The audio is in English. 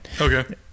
Okay